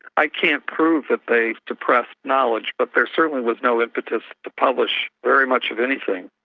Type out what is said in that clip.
i can't prove that they suppressed knowledge, but there certainly was no impetus to publish very much of anything.